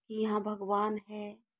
यहाँ भगवान है